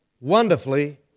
wonderfully